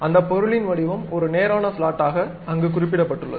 அந்த பொருளின் வடிவம் ஒரு நேரான ஸ்லாட்டாக அங்கு குறிப்பிடப்பட்டுள்ளது